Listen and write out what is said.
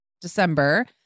December